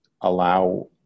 allow